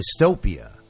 dystopia